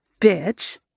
Bitch